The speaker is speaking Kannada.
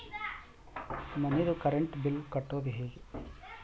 ಮನಿದು ಕರೆಂಟ್ ಬಿಲ್ ಕಟ್ಟೊದು ಹೇಗೆ?